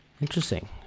Interesting